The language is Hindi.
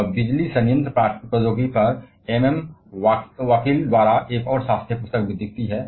और पावर प्लांट तकनीक पर एम एम एल वाकिल द्वारा एक और शास्त्रीय पुस्तक भी दिखती है